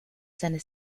seine